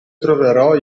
troverò